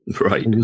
Right